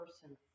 person